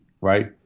right